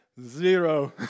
Zero